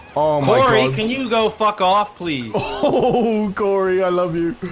oh my can you go fuck off please oh cory i love you